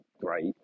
great